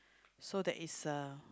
so that is a